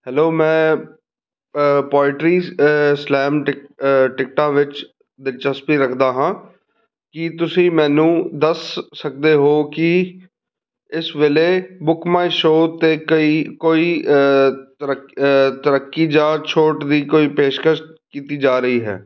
hello ਮੈਂ poetry slam ਟਿਕ ਟਿਕਟਾਂ ਵਿੱਚ ਦਿਲਚਸਪੀ ਰੱਖਦਾ ਹਾਂ ਕੀ ਤੁਸੀਂ ਮੈਨੂੰ ਦੱਸ ਸਕਦੇ ਹੋ ਕਿ ਇਸ ਵੇਲੇ ਬੁੱਕ ਮਾਈ ਸ਼ੋਅ 'ਤੇ ਕਈ ਕੋਈ ਤਰੱਕ ਤਰੱਕੀ ਜਾਂ ਛੋਟ ਦੀ ਕੋਈ ਪੇਸ਼ਕਸ਼ ਕੀਤੀ ਜਾ ਰਹੀ ਹੈ